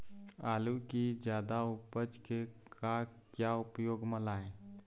आलू कि जादा उपज के का क्या उपयोग म लाए?